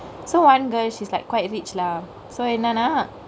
so one girl she's like quite rich lah so என்னனா:ennanaa